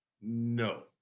No